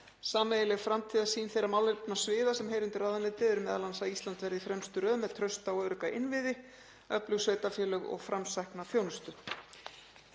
Sameiginleg framtíðarsýn þeirra málefnasviða sem heyra undir ráðuneytið eru m.a. að Ísland verði í fremstu röð með trausta og örugga innviði, öflug sveitarfélög og framsækna þjónustu.